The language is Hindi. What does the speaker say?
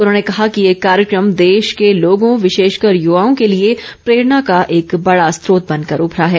उन्होंने कहा कि ये कार्यक्रम देश के लोगों विशेषकर युवाओं के लिए प्रेरणा का एक बड़ा स्रोत बनकर उमरा है